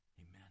Amen